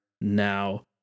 now